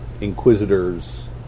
Inquisitors